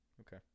Okay